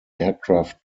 aircraft